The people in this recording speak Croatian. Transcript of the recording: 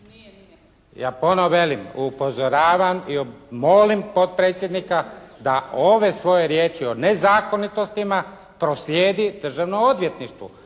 Ja ponovno velim, upozoravam i molim potpredsjednika da ove svoje riječi o nezakonitostima proslijedi Državnom odvjetništvu